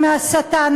בבקשה.